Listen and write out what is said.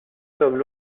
sommes